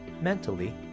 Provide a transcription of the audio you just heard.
mentally